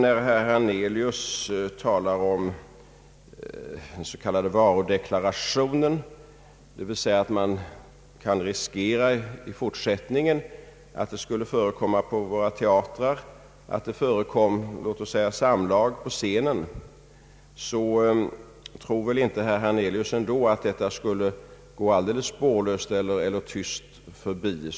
När herr Hernelius talar om den s.k. varudeklarationen och säger att man i fortsättningen kan riskera att det vid våra teatrar skulle förekomma låt oss säga samlag på scenen, så tror väl inte herr Hernelius ändå att detta skulle gå alldeles spårlöst eller tyst förbi.